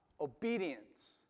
obedience